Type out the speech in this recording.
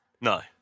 No